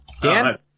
Dan